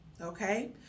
Okay